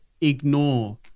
ignore